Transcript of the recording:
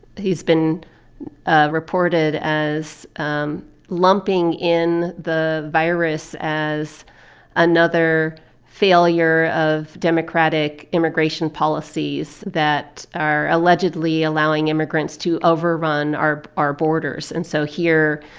he's been ah reported as um lumping in the virus as another failure of democratic immigration policies that are allegedly allowing immigrants to overrun our our borders. and so here,